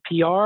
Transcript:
PR